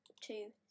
two